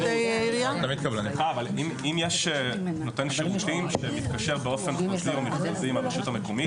אם יש נותן שירותים שמתקשר באופן חוקי לרשות המקומית,